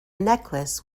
necklace